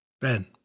Ben